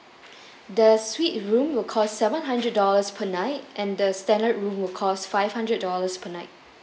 the suite room will cost seven hundred dollars per night and the standard room will cost five hundred dollars per night